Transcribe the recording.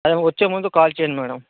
అదే వచ్చే ముందు కాల్ చేయండి మేడం